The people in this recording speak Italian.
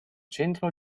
centro